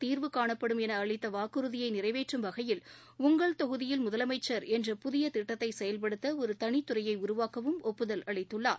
தீர்வு காணப்படும் என அளித்த வாக்குறுதியை நிறைவேற்றும் வகையில் உங்கள் தொகுதியில் முதலமைச்சர் என்ற புதிய திட்டத்தை செயல்படுத்த ஒரு தனித்துறையை உருவாக்கவும் ஒப்புதல் அளித்துள்ளார்